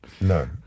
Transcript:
No